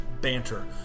banter